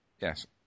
yes